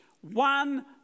one